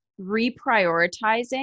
reprioritizing